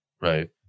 Right